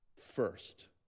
first